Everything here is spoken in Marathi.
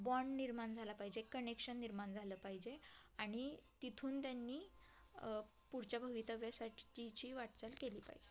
बाँड निर्माण झालं पाहिजे कनेक्शन निर्माण झालं पाहिजे आणि तिथून त्यांनी पुढच्या भवितव्यासाठीची जी वाटचाल केली पाहिजे